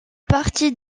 partie